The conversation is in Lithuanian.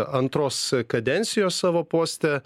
antros kadencijos savo poste